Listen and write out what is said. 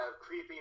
creepy